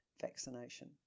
vaccination